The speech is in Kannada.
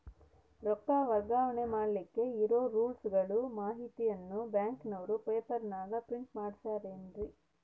ರೊಕ್ಕ ವರ್ಗಾವಣೆ ಮಾಡಿಲಿಕ್ಕೆ ಇರೋ ರೂಲ್ಸುಗಳ ಮಾಹಿತಿಯನ್ನ ಬ್ಯಾಂಕಿನವರು ಪೇಪರನಾಗ ಪ್ರಿಂಟ್ ಮಾಡಿಸ್ಯಾರೇನು?